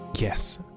Yes